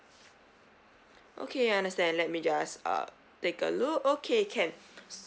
okay understand let me just uh take a look okay can